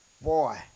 Boy